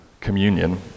Communion